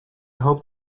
hoped